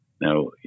Now